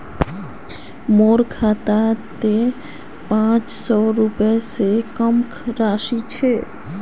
मोर खातात त पांच सौ रुपए स कम राशि छ